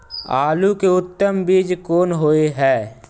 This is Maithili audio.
आलू के उत्तम बीज कोन होय है?